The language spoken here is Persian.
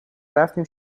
رفتیم